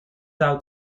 out